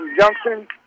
Junction